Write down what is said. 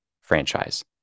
franchise